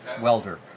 welder